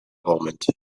moment